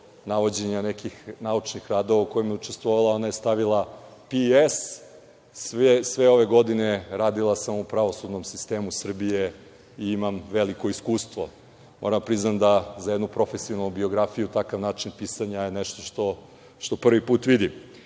navođenja nekih naučnih radova u kojima je učestvovala, ona je stavila: „P.S. Sve ove godine radila sam u pravosudnom sistemu Srbije i imam veliko iskustvo.“Moram da priznam, da za jednu profesionalnu biografiju takav način pisanja je nešto što prvi put vidim.